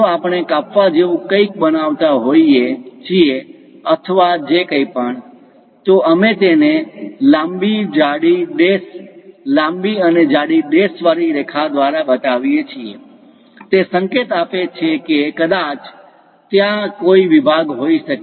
જો આપણે કાપવા જેવું કંઇક બનાવતા હોઈએ છીએ અથવા જે કંઇ પણ તો અમે તેને લાંબી જાડી ડૅશ લાંબી અને જાડી ડૅશ વાળી રેખા દ્વારા બતાવીએ છીએ તે સંકેત આપે છે કે કદાચ ત્યાં કોઈ વિભાગ હોઈ શકે